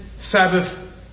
Sabbath